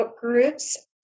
groups